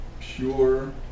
pure